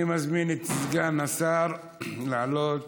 אני מזמין את סגן השר לעלות,